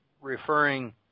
referring